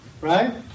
right